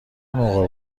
موقع